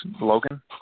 Logan